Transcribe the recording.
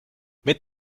mit